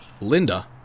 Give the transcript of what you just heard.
Linda